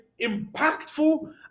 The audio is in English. impactful